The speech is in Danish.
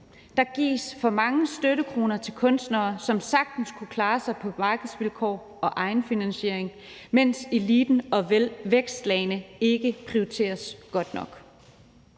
Der gives for mange støttekroner til kunstnere, som sagtens kunne klare sig på markedsvilkår og egenfinansiering, mens eliten og vækstlagene ikke prioriteres højt nok.